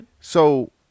So-